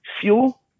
fuel